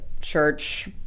church